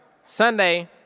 Sunday